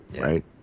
right